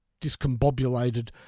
discombobulated